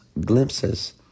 glimpses